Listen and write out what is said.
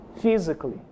physically